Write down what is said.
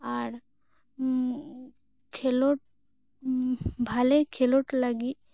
ᱟᱨ ᱢ ᱠᱷᱮᱞᱚᱰ ᱢᱦ ᱵᱷᱟᱞᱮ ᱠᱷᱮᱞᱚᱰ ᱞᱟᱹᱜᱤᱜ